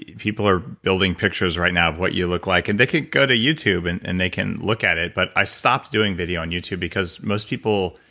people are building pictures right now of what you look like. and they can go to youtube and and they can look at it but i stop doing video on youtube because most people,